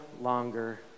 longer